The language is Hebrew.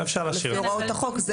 עשה בו שימוש לפי הוראות החוק,